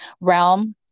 realm